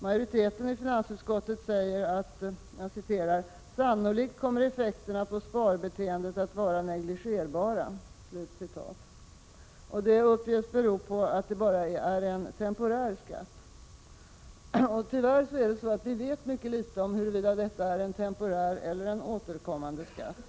Majoriteten i finansutskottet säger: ”Sannolikt kommer effekterna på sparbeteendet att vara negligerbara.” Detta uppges bero på att det bara är en temporär skatt. Tyvärr vet vi dock mycket litet om huruvida detta är en temporär eller en återkommande skatt.